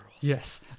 Yes